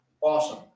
Awesome